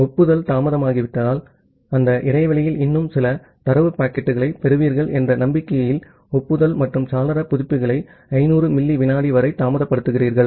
ஆகவே ஒப்புதல் தாமதமாகிவிட்டால் அந்த இடைவெளியில் இன்னும் சில தரவு பாக்கெட்டுகளைப் பெறுவீர்கள் என்ற நம்பிக்கையில் ஒப்புதல் மற்றும் சாளர புதுப்பிப்புகளை 500 மில்லி விநாடி வரை தாமதப்படுத்துகிறீர்கள்